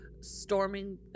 storming